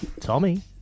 Tommy